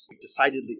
decidedly